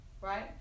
Right